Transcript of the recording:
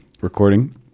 recording